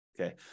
Okay